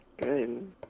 good